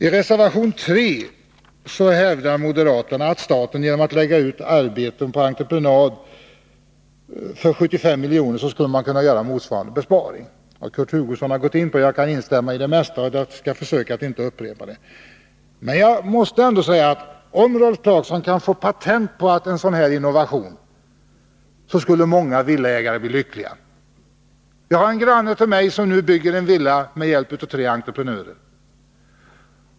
I reservation 3 hävdar moderaterna att staten genom att lägga ut arbeten på entreprenad för 75 miljoner skulle kunna göra motsvarande besparing. Kurt Hugosson har gått in på detta ämne, och jag kan instämma i det mesta. Jag skall försöka att inte upprepa det. Men jag måste ändå säga att om Rolf Clarkson kan få patent på en sådan här innovation, skulle många villaägare bli lyckliga. Jag har en granne som nu bygger en villa med hjälp av tre entreprenörer.